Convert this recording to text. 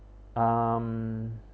um